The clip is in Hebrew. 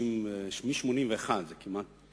מ-1981, זה כמעט